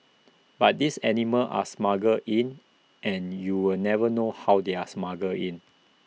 but these animals are smuggled in and you're never know how they are smuggled in